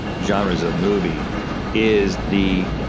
genres of movie is the,